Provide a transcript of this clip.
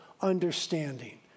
understanding